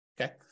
okay